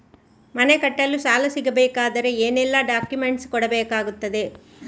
ಮನೆ ಕಟ್ಟಲು ಸಾಲ ಸಿಗಬೇಕಾದರೆ ಏನೆಲ್ಲಾ ಡಾಕ್ಯುಮೆಂಟ್ಸ್ ಕೊಡಬೇಕಾಗುತ್ತದೆ?